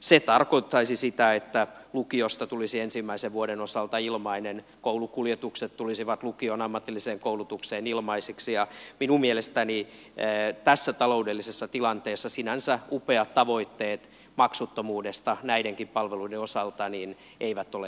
se tarkoittaisi sitä että lukiosta tulisi ensimmäisen vuoden osalta ilmainen ja koulukuljetukset lukioon ja ammatilliseen koulutukseen tulisivat ilmaisiksi ja minun mielestäni tässä taloudellisessa tilanteessa sinänsä upeat tavoitteet maksuttomuudesta näidenkin palveluiden osalta eivät ole realistisia